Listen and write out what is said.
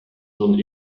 nun